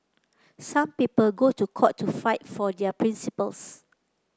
some people go to court to fight for their principles